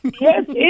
yes